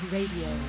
Radio